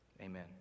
Amen